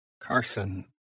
Carson